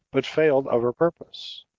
but failed of her purpose.